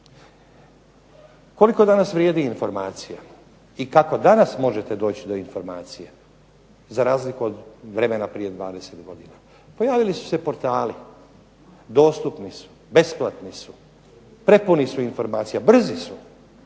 Koliko danas vrijedi informacija i kako danas možete doći do informacije za razliku od vremena prije 20 godina? Pojavili su se portali. Dostupni su besplatni su, prepuni su informacija, brzi su.